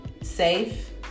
Safe